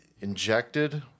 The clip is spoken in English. injected